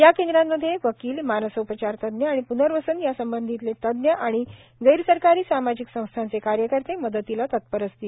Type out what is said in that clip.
या केंद्रामधे वकिल मानसोपचारतज्ञ आणि प्नर्वसन यासंबधीतले तज्ञ आणि गैरसरकारी सामाजिक संस्थांचे कार्यकर्ते मदतीला तत्पर असतील